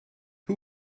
who